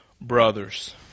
brothers